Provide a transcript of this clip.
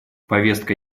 повестка